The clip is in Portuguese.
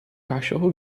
cachorro